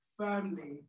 firmly